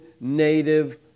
native